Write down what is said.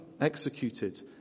executed